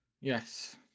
Yes